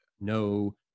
no